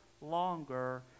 longer